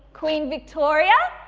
queen victoria,